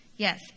Yes